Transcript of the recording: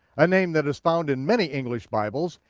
a name that is found in many english bibles,